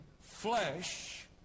flesh